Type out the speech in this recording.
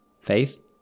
faith